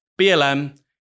BLM